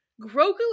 Grogu